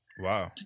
Wow